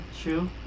true